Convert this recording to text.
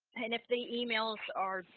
and if the emails are,